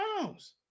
pounds